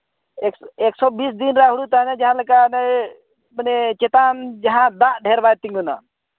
ᱮᱠᱥᱚ ᱵᱤᱥ ᱫᱤᱱ ᱨᱮᱭᱟᱜ ᱦᱳᱲᱳ ᱛᱟᱦᱮᱱᱟ ᱡᱟᱦᱟᱸᱞᱮᱠᱟ ᱦᱟᱱᱮ ᱢᱟᱱᱮ ᱪᱮᱛᱟᱱ ᱡᱟᱦᱟᱸ ᱫᱟᱜ ᱰᱷᱮᱨ ᱵᱟᱭ ᱛᱤᱸᱜᱩᱱᱟ